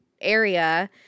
area